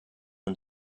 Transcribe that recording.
and